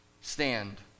stand